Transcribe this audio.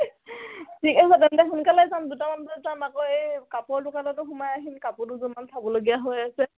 ঠিক আছে তেন্তে সোনকালে যাম দুটামান বজাত যাম আকৌ এই কাপোৰ দোকানতো সোমাই আহিম কাপোৰ দুযোৰমান চাবলগীয়া হৈ আছে